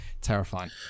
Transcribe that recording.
terrifying